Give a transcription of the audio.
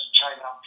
china